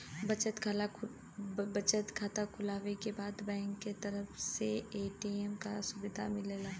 बचत खाता खुलवावे के बाद बैंक क तरफ से ए.टी.एम क सुविधा मिलला